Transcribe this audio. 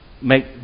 make